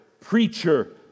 preacher